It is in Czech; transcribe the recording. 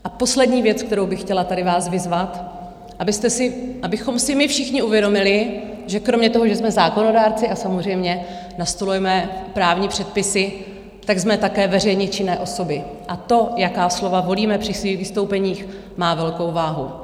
A poslední věc, kterou bych chtěla tady vás vyzvat, Abychom si my všichni uvědomili, že kromě toho, že jsme zákonodárci a samozřejmě nastolujeme právní předpisy, jsme také veřejně činné osoby, a to, jaká slova volíme při svých vystoupeních, má velkou váhu.